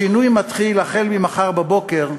השינוי מתחיל מחר בבוקר,